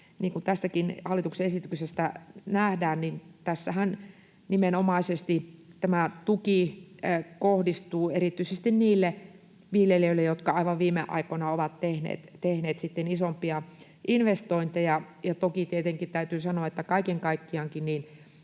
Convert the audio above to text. kuin tästäkin hallituksen esityksestä nähdään, tässähän tämä tuki kohdistuu nimenomaisesti erityisesti niille viljelijöille, jotka aivan viime aikoina ovat tehneet sitten isompia investointeja. Toki tietenkin täytyy sanoa, että kaiken kaikkiaankin